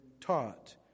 taught